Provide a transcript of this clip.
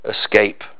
escape